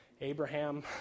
Abraham